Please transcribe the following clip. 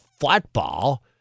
football